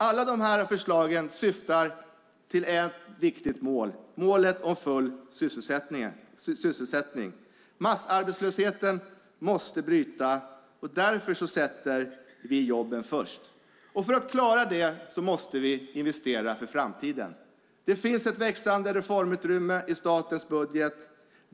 Alla de här förslagen syftar till ett viktigt mål: målet om full sysselsättning. Massarbetslösheten måste brytas. Därför sätter vi jobben först. För att klara det måste vi investera för framtiden. Det finns ett växande reformutrymme i statens budget.